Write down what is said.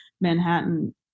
Manhattan